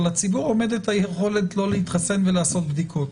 אבל לציבור עומדת היכולת לא להתחסן ולעשות בדיקות,